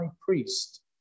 priest